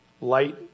light-